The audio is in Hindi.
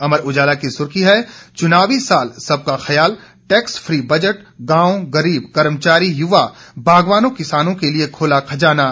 अमर उजाला की सुर्खी है चुनावी साल सबका ख्याल टैक्स फ्री बजट गांव गरीब कर्मचारी युवा बागवानों किसानों के लिए खोला खजाना